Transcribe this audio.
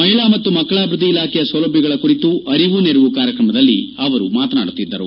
ಮಹಿಳಾ ಮತ್ತು ಮಕ್ಕಳ ಅಭಿವೃದ್ದಿ ಇಲಾಖೆಯ ಸೌಲಭ್ಯಗಳ ಕುರಿತು ಅರಿವು ನೆರವು ಕಾರ್ಯಕ್ರಮದಲ್ಲಿ ಅವರು ಮಾತನಾಡುತ್ತಿದ್ದರು